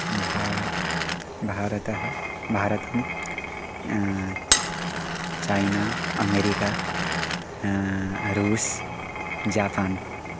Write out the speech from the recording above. भा भारतं भारतं चैना अमेरिका रूस् जापान्